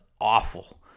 awful